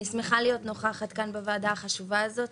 אני שמחה להיות נוכחת כאן בוועדה החשובה הזאת